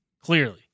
clearly